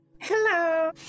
Hello